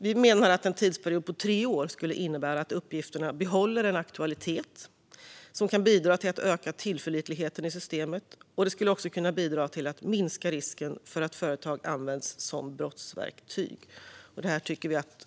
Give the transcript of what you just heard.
Vi menar vidare att en tidsperiod på tre år skulle innebära att uppgifterna behåller en aktualitet som kan bidra till att öka tillförlitligheten i systemet och också skulle kunna bidra till att minska risken för att företag används som brottsverktyg.